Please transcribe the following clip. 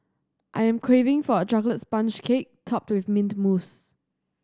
I am craving for a chocolate sponge cake topped with mint mousse